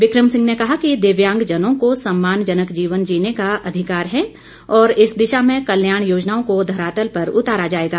बिक्रम सिंह ने कहा कि दिव्यांगजनों को सम्मानजनक जीवन जीने का अधिकार है और इस दिशा में कल्याण योजनाओं को धरातल पर उतारा जाएगा